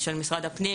של משרד הפנים,